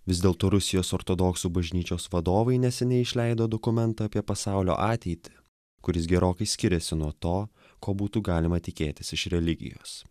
vis dėlto rusijos ortodoksų bažnyčios vadovai neseniai išleido dokumentą apie pasaulio ateitį kuris gerokai skiriasi nuo to ko būtų galima tikėtis iš religijos